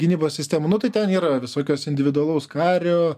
gynybos sistemų nu tai ten yra visokios individualaus kario